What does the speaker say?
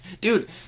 Dude